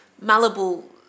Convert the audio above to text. malleable